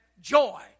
joy